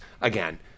again